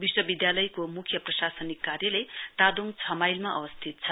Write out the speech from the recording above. विश्ववद्यालयको मुख्य प्रशासनिक कार्यालय तादोङ छ माईलमा अवस्थित छ